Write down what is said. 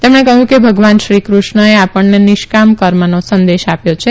તેમણે કહયું કે ભગવાન શ્રી કૃષ્ણએ આપણને નિષ્કામ કર્મનો સંદેશ આપ્યો છે